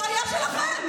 בעיה שלכם.